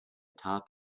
top